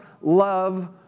love